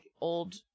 old